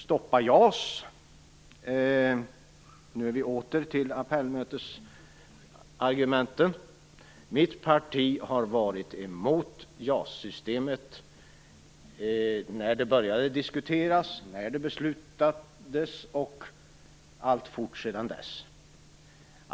Stoppa JAS - nu är vi tillbaka i appellmötesargumenten. Mitt parti var emot JAS-systemet när det började diskuteras och när det beslutades och har varit det alltsedan dess.